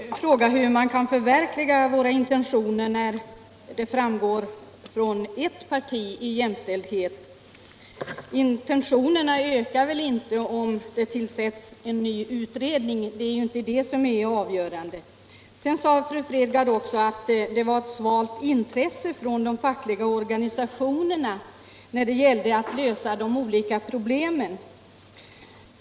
Herr talman! Fru Fredgardh frågade hur man kan förverkliga våra intentioner. Våra intentioner förändras inte och viljan att förändra ökar inte om det tillsätts en ny utredning. Det är inte det som är avgörande. Sedan sade fru Fredgardh att det är ett svagt intresse från de fackliga organisationerna när det gäller att lösa de olika problemen.